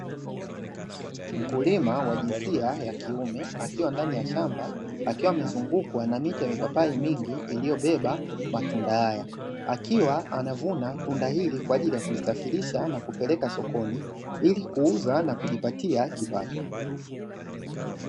Mkulima wa jinsia ya kiume akiwa ndani ya shamba akiwa amezungukwa na miti ya mipapai mingi iliyobeba matunda haya, akiwa anavuna tunda hili kwa ajili ya kulisafirisha na kulipeleka sokoni ili kuuza na kujipatia kipato.